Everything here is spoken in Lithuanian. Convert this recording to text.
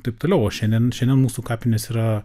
taip toliau o šiandien šiandien mūsų kapinės yra